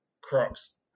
crops